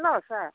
hello sir